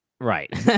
Right